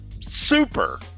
super